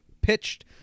pitched